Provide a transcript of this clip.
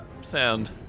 sound